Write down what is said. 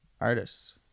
artists